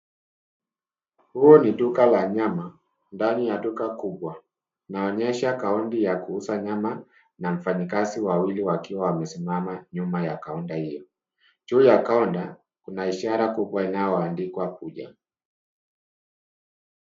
Huu ni duka la nyama ndani ya duka kubwa na inaonyesha counter ya kuuza nyama na wafanyikazi wawili wakiwa wamesimama nyuma ya counter hii juu ya counter kuna ishara kubwa inayoandikwa kuja.